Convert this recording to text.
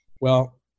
Well-